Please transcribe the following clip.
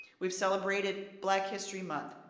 we've celebrated black history month.